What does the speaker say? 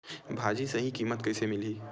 भाजी सही कीमत कइसे मिलही?